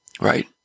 right